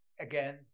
again